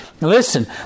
Listen